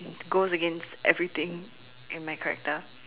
goes against everything in my character